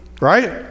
right